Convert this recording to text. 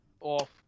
off